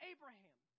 Abraham